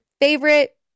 favorite